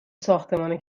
ساختمان